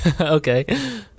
Okay